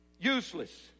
useless